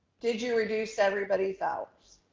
did you reduce everybody's hours?